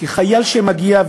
כי חייל שמגיע,